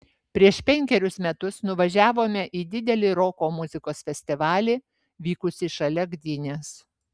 prieš penkerius metus nuvažiavome į didelį roko muzikos festivalį vykusį šalia gdynės